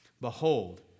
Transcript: Behold